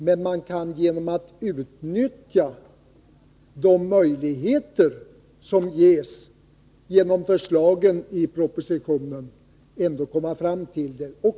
Men man kan genom att utnyttja de möjligheter som ges i förslagen i propositionen ändå komma fram till det.